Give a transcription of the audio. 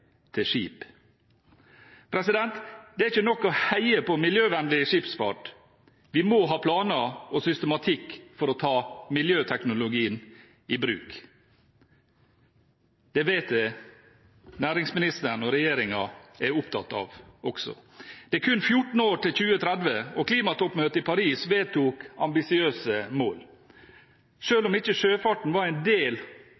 til skip. Det er ikke nok å heie på miljøvennlig skipsfart – vi må ha planer og systematikk for å ta miljøteknologien i bruk. Det vet jeg næringsministeren og regjeringen også er opptatt av. Det er kun 14 år til 2030, og klimatoppmøtet i Paris vedtok ambisiøse mål.